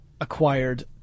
acquired